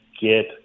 get